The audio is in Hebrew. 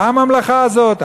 אתה הממלכה הזאת?